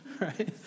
Right